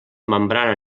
membrana